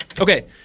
Okay